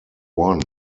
won